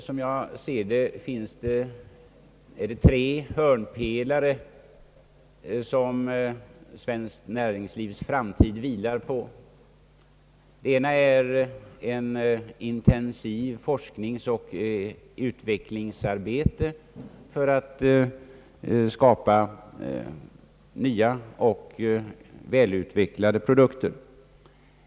Svenskt näringslivs framtid vilar, som jag ser det, på tre hörnpelare. Den första är ett intensivt forskningsoch utvecklingsarbete för att skapa nya och välutvecklade produkter.